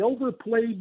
overplayed